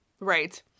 Right